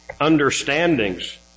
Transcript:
understandings